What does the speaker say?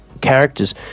characters